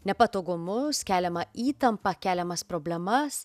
nepatogumus keliamą įtampą keliamas problemas